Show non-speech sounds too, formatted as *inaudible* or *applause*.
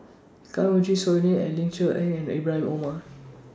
*noise* Kanwaljit Soin Ling and Ling Cher Eng and Ibra Omar